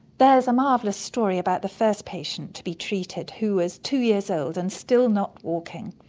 there's a marvellous story about the first patient to be treated who was two years old and still not walking,